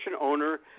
owner